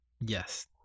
Yes